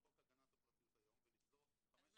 חוק הגנת הפרטיות היום ולגזור 5 שנות מאסר.